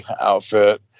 outfit